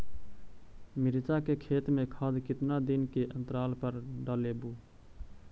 मिरचा के खेत मे खाद कितना दीन के अनतराल पर डालेबु?